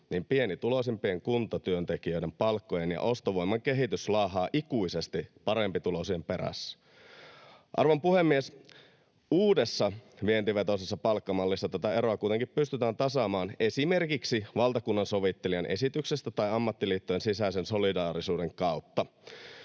niin pienituloisempien kuntatyöntekijöiden palkkojen ja ostovoiman kehitys laahaa ikuisesti parempituloisten perässä. Arvon puhemies! Uudessa vientivetoisessa palkkamallissa tätä eroa kuitenkin pystytään tasaamaan esimerkiksi valtakunnansovittelijan esityksestä tai ammattiliittojen sisäisen solidaarisuuden kautta.